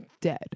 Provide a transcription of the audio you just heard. Dead